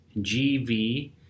GV